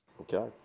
Okay